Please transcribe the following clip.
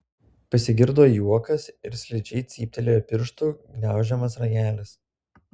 pasigirdo juokas ir slidžiai cyptelėjo pirštų gniaužiamas ragelis